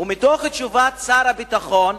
ומתוך תשובות שר הביטחון,